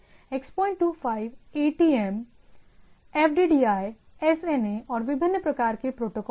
X25 ATM X25 ATM FDDI SNA और विभिन्न प्रकार के प्रोटोकॉल हैं